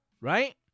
right